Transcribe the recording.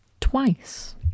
twice